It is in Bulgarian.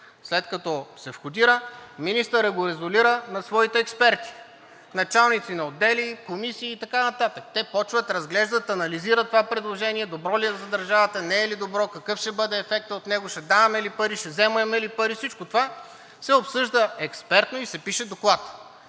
След като се входира, министърът го резолира на своите експерти – началници на отдели, комисии и така нататък. Те започват, разглеждат, анализират това предложение – добро ли е за държавата, не е ли добро, какъв ще бъде ефектът от него, ще даваме ли пари, ще вземаме ли пари – всичко това се обсъжда експертно и се пише доклад.